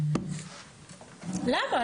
למה?